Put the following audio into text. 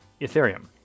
Ethereum